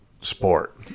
sport